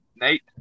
Nate